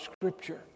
Scripture